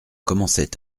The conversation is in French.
commençait